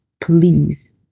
please